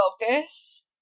focus